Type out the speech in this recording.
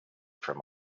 from